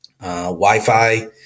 Wi-Fi